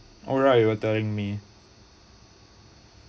alright you were telling me